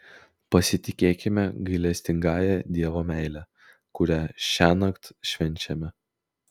pasitikėkime gailestingąja dievo meile kurią šiąnakt švenčiame